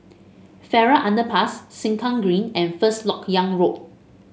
Farrer Underpass Sengkang Green and First LoK Yang Road